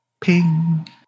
ping